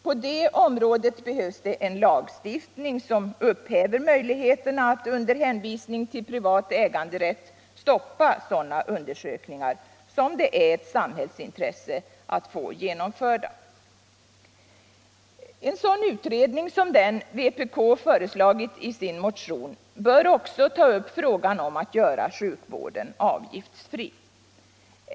På det området fordras en lagstiftning som upphäver möjligheten att under hänvisning till privat äganderätt stoppa undersökningar, som det är ett samhällsintresse att få genomförda. En sådan utredning som den vpk har föreslagit i sin motion bör också ta upp frågan om att göra sjukvården avgiftsfri.